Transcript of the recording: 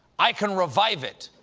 i can revive it.